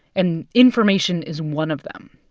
and information is one of them.